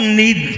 need